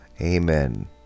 Amen